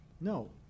No